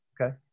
Okay